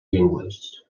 llengües